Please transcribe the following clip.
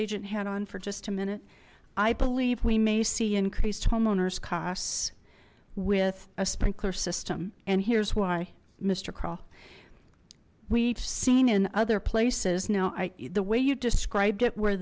agent hat on for just a minute i believe we may see increased homeowners costs with a sprinkler system and here's why mister crawle we've seen in other places now i the way you described it where